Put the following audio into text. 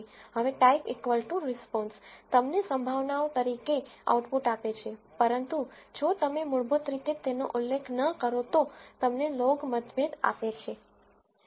હવે type response response તમને probabilities તરીકે આઉટપુટ આપે છે પરંતુ જો તમે મૂળભૂત રીતે તેનો ઉલ્લેખ ન કરો તો તમને લોગ ઓડસ આપે છે